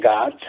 God